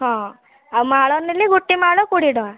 ହଁ ଆଉ ମାଳ ନେଲେ ଗୋଟେ ମାଳ କୋଡ଼ିଏ ଟଙ୍କା